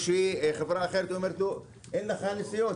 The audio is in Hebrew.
או שחברה אחרת אומרת לו: אין לך ניסיון,